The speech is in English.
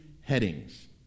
headings